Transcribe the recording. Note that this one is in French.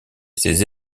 ses